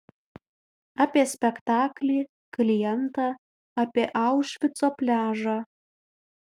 apie spektaklį klientą apie aušvico pliažą